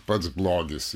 pats blogis